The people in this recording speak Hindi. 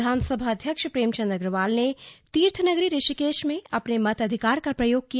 विधानसभा अध्यक्ष प्रेमचंद अग्रवाल ने तीर्थनगरी ऋषिकेश में अपने मताधिकार का प्रयोग किया